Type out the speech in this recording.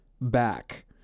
back